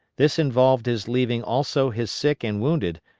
this involved his leaving also his sick and wounded,